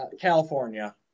California